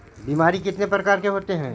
बीमारी कितने प्रकार के होते हैं?